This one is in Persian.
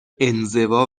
انزوا